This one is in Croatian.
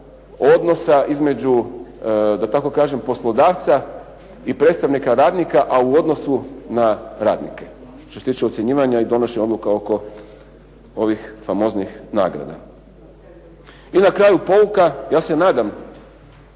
tako kažem poslodavca i predstavnika radnika, a u odnosu na radnike, što se tiče ucjenjivanja i donošenja odluka oko ovih famoznih nagrada. I na kraju pouka, ja se nadam